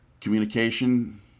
communication